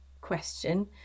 question